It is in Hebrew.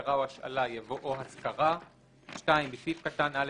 השכרה או השאלה" יבוא "או השכרה"; (2)בסעיף קטן (א1),